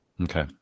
Okay